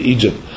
Egypt